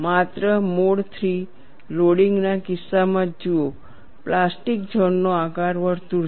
માત્ર mode III loading ના કિસ્સામાં જ જુઓ પ્લાસ્ટિક ઝોન નો આકાર વર્તુળ છે